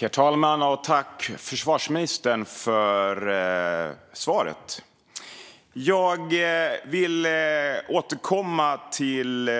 Herr talman! Tack, försvarsministern, för svaret! Jag vill återkomma till